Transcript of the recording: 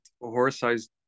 horse-sized